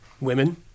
Women